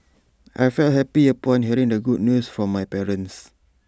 I felt happy upon hearing the good news from my parents